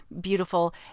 beautiful